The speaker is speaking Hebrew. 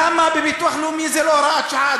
למה בביטוח לאומי זו לא הוראת שעה,